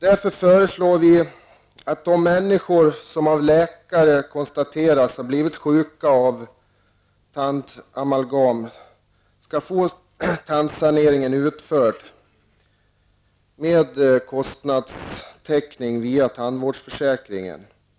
Därför föreslår vi att de människor som av läkare konstaterats ha blivit sjuka av tandamalgam skall få tandsaneringen utförd med kostnadstäckning via tandvårdsförsäkringen.